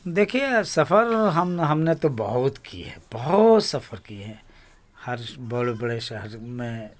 دیکھیے سفر ہم ہم نے تو بہت کی ہے بہت سفر کیے ہیں ہر بڑے بڑے شہر میں